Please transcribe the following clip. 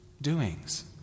doings